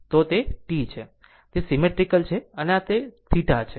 તે સીમેટ્રીકલ છે અને આ તે θ છે